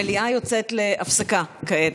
המליאה יוצאת להפסקה כעת.